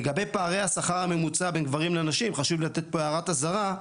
לגבי פערי השכר הממוצע בין גברים לנשים חשוב לתת פה הערת אזהרה.